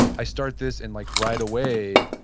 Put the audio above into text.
i start this and like right away,